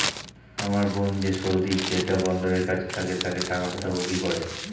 আমার বোন যে সৌদির জেড্ডা বন্দরের কাছে থাকে তাকে টাকা পাঠাবো কি করে?